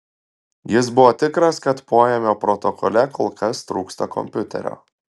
jis buvo tikras kad poėmio protokole kol kas trūksta kompiuterio